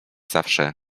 zawsze